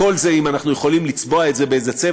הכול זה אם אנחנו יכולים לצבוע את זה באיזה צבע,